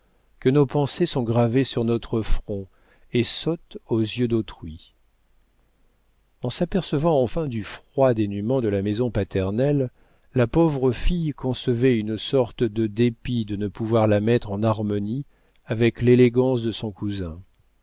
que nos pensées sont gravées sur notre front et sautent aux yeux d'autrui en s'apercevant enfin du froid dénûment de la maison paternelle la pauvre fille concevait une sorte de dépit de ne pouvoir la mettre en harmonie avec l'élégance de son cousin